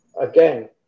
Again